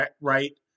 right